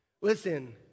Listen